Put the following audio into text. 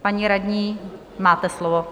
Paní radní, máte slovo.